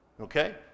Okay